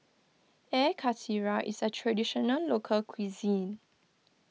Air Karthira is a Traditional Local Cuisine